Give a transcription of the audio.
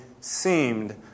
seemed